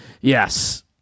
Yes